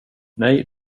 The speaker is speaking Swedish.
nej